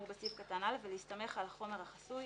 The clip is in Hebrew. בסעיף קטן (א) ולהסתמך על החומר החסוי,